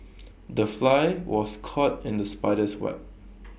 the fly was caught in the spider's web